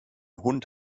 hund